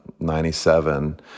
97